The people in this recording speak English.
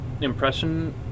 impression